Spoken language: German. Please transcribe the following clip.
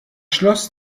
schloss